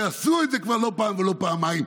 ועשו את זה כבר לא פעם ולא פעמיים,